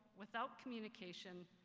without communication,